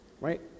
right